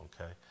Okay